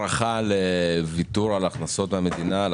הערכה לגבי ויתור על הכנסות המדינה על